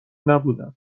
نبودم